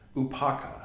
Upaka